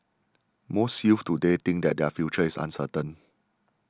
most youths today think that their future is uncertain